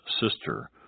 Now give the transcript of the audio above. sister